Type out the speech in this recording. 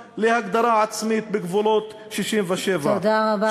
שבו גם הפלסטינים ייהנו מזכותם להגדרה עצמית בגבולות 67'. תודה רבה,